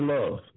Love